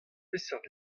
peseurt